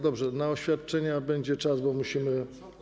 Dobrze, na oświadczenia będzie czas, bo musimy.